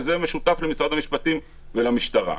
וזה משותף למשרד המשפטים ולמשטרה.